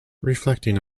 reflecting